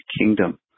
Kingdom